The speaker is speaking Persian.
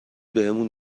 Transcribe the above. بهمون